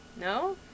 No